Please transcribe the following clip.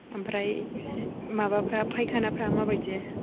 आमफ्राय माबाफ्रा फाइखानाफ्रा मा बायदि